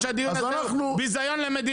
עכשיו יש לנו הערות.